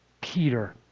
Peter